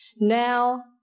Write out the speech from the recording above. Now